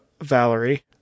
Valerie